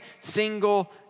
single